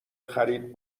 خرید